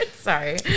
Sorry